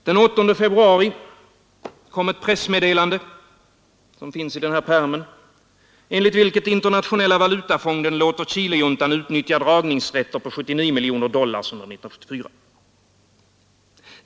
Den 8 februari kom ett pressmeddelande som också finns i pärmen och enligt vilket Internationella valutafonden låter Chilejuntan utnyttja dragningsrätter på 79 miljoner dollar under 1974.